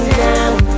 down